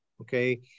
Okay